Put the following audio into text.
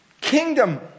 kingdom